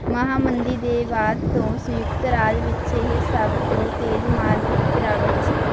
ਮਹਾਂ ਮੰਦੀ ਦੇ ਬਾਅਦ ਤੋਂ ਸੰਯੁਕਤ ਰਾਜ ਵਿੱਚ ਇਹ ਸਭ ਤੋਂ ਤੇਜ਼ ਮਾਰਕੀਟ ਗਿਰਾਵਟ ਸੀ